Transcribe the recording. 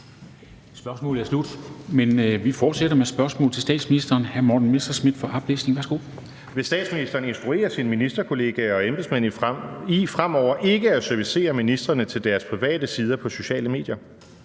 Spørgsmålet er slut. Men vi fortsætter med spørgsmål til statsministeren. Kl. 13:08 Spm. nr. S 582 2) Til statsministeren af: Morten Messerschmidt (DF): Vil statsministeren instruere sine ministerkollegaer og embedsmænd i fremover ikke at servicere ministrene til deres private sider på sociale medier?